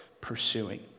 pursuing